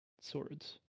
swords